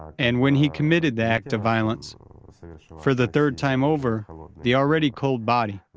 and when he committed the act of violence for the third time over the already cold body,